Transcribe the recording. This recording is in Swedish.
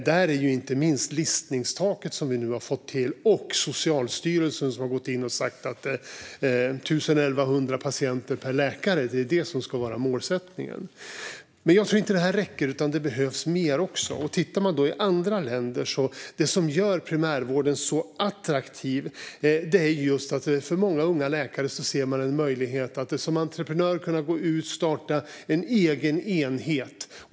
Där är inte minst listningstaket som vi nu har fått till viktigt liksom att Socialstyrelsen har gått in och sagt att 1 000-1 100 patienter per läkare ska vara målsättningen. Men jag tror inte att detta räcker, utan det behövs mer. Om man tittar på andra länder är det som gör primärvården så attraktiv att många unga läkare ser en möjlighet att som entreprenör kunna gå ut och starta en egen enhet.